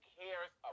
cares